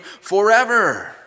forever